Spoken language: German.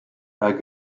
herr